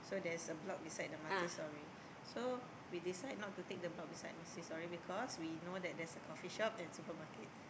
so there's a block beisde the multi story so we decide not to take the block beside multi story because we know that there's a coffee shop and supermarket